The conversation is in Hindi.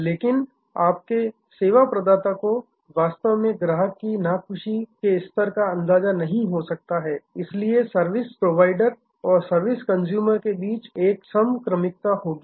लेकिन आपके सेवा प्रदाता को वास्तव में ग्राहक के नाखुशी के स्तर का अंदाजा नहीं हो सकता है इसलिए सर्विस प्रोवाइडर सेवा प्रदाता और सर्विस कंजूमर सेवा उपभोक्ता के बीच एक समक्रमिकता होगी